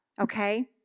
okay